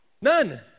none